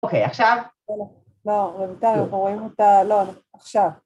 ‫אוקיי, עכשיו? ‫-לא, רבותיי, רואים אותה... לא, עכשיו.